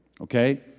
Okay